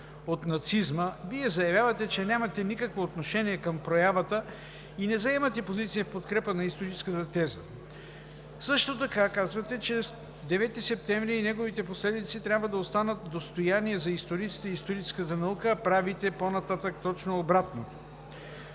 от нацизма“ Вие заявявате, че нямате никакво отношение към проявата и не заемате позиция в подкрепа на историческата теза. Също така казвате, че 9 септември и неговите последици трябва да останат достояние за историците и историческата наука, а правите по-нататък точно обратното.